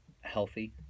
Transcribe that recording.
healthy